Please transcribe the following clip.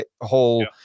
whole